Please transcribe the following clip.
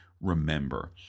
remember